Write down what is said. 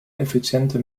effiziente